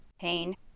pain